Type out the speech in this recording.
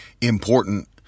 important